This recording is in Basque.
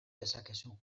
dezakezu